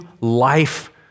life